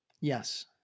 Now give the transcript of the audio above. Yes